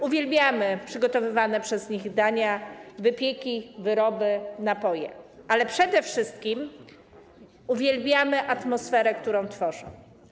Uwielbiamy przygotowywane przez nie dania, wypieki, wyroby, napoje, ale przede wszystkim uwielbiamy atmosferę, którą tworzą.